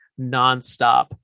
nonstop